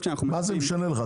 מה זה משנה לך?